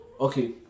okay